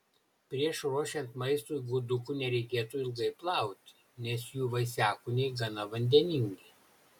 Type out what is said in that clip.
prieš ruošiant maistui gudukų nereikėtų ilgai plauti nes jų vaisiakūniai gana vandeningi